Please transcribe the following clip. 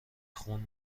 خون